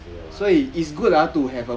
是这样子的 [what]